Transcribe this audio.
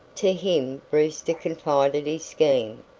to him brewster confided his scheme,